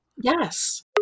yes